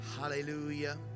hallelujah